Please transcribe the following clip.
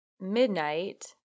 midnight